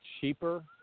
cheaper